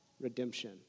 redemption